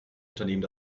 unternehmen